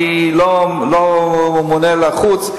אני לא ממונה על החוץ,